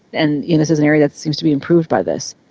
and yeah this is an area that seems to be improved by this.